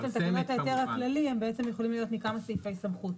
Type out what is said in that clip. תקנות ההיתר הכללי יכולות להיות מכמה סעיפי סמכות.